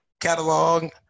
catalog